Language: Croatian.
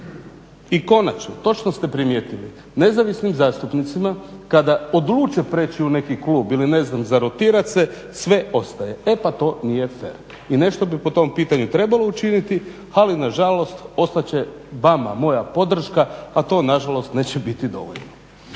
I konačno, točno ste primijetili, nezavisnim zastupnicima kada odluče prijeći u neki klub ili zarotirat se sve ostaje, e pa to nije fer. I nešto bi po tom pitanju trebalo učiniti ali nažalost ostat će vama moja podrška a to nažalost neće biti dovoljno.